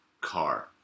car